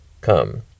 Come